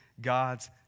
God's